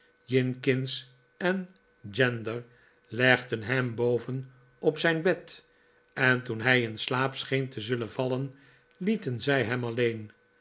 jinkins en gander legden hem boven op zijn bed en toen hij in slaap scheen te zullen vallen lieten zij hem alleen